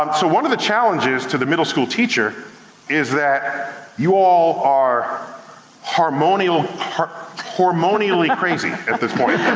um so one of the challenges to the middle school teacher is that you all are hormonially are hormonially crazy at this point.